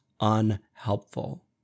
unhelpful